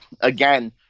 again